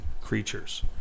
creatures